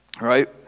right